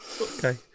Okay